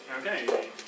Okay